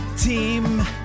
team